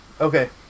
Okay